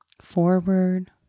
forward